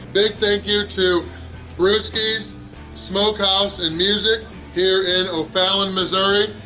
big thank you to brewskeez smokehouse and music here in o'fallon, missouri.